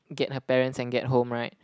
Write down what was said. get her parents and get home right